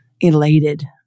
elated